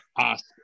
ask